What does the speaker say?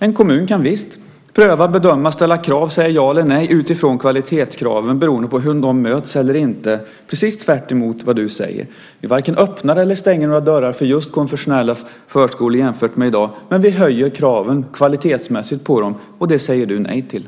En kommun kan visst pröva, bedöma, ställa krav och säga ja eller nej utifrån kvalitetskraven, beroende på hur de möts eller inte, precis tvärtemot vad du säger. Vi varken öppnar eller stänger några dörrar för just konfessionella förskolor jämfört med i dag, men vi höjer kraven kvalitetsmässigt på dem, och det säger du nej till.